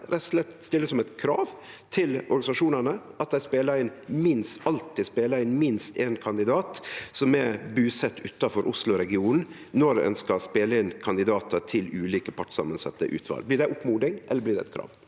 vil stille som eit krav til organisasjonane at ein alltid spelar inn minst ein kandidat som er busett utanfor Oslo-regionen, når ein skal spele inn kandidatar til ulike partssamansette utval? Blir det ei oppmoding, eller blir det eit krav?